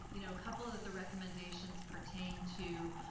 you know a couple of the recommendations pertain to